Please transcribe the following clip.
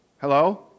Hello